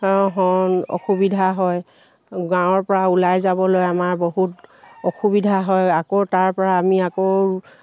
অসুবিধা হয় গাঁৱৰ পৰা ওলাই যাবলৈ আমাৰ বহুত অসুবিধা হয় আকৌ তাৰপৰা আমি আকৌ